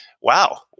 wow